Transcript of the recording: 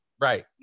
right